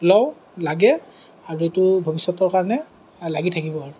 লওঁ লাগে আৰু এইটো ভৱিষ্যতৰ কাৰণে লাগি থাকিব আৰু